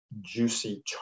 juicy